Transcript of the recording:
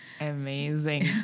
amazing